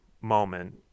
moment